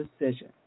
decision